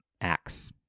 acts